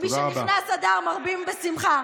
משנכנס אדר מרבין בשמחה.